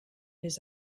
his